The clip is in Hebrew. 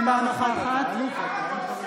אינה נוכחת כמה פילוג אתה עושה בעם הערבי?